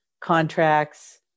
contracts